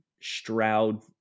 Stroud